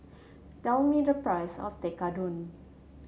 tell me the price of Tekkadon